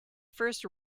first